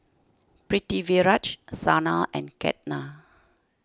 Pritiviraj Sanal and Ketna